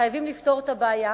חייבים לפתור את הבעיה,